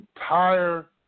entire